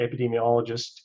epidemiologist